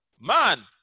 Man